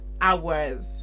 hours